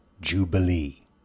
Jubilee